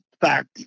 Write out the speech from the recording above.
fact